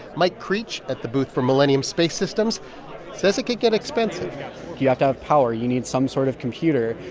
mike creech at the booth for millennium space systems says it could get expensive you have to have power. you need some sort of computer.